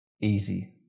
easy